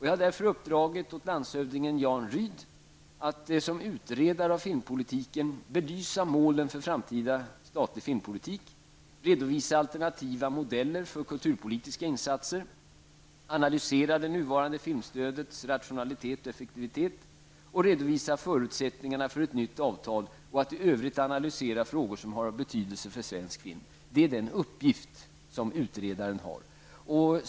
Jag har därför uppdragit åt landshövdningen Jan Rydh att som utredare av filmpolitiken belysa målen för den statliga svenska filmpolitiken, redovisa alternativa modeller för kulturpolitiska insatser, analysera det nuvarande filmstödets rationalitet och effektivitet samt redovisa förutsättningarna för ett nytt avtal och i övrigt analysera frågor som har betydelse för svensk film. Det är den uppgiften som utredaren har.